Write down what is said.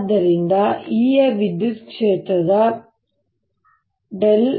ಆದ್ದರಿಂದ E ಯ ವಿದ್ಯುತ್ ಕ್ಷೇತ್ರದ ▽